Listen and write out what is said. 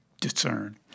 Discern